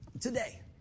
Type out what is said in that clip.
Today